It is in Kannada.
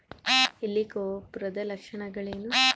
ಹೆಲಿಕೋವರ್ಪದ ಲಕ್ಷಣಗಳೇನು?